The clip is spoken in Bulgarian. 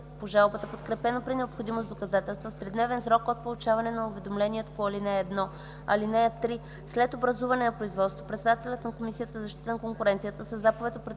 по жалбата, подкрепено при необходимост с доказателства, в тридневен срок от получаване на уведомлението по ал. 1. (3) След образуване на производството председателят на Комисията за защита на конкуренцията със заповед определя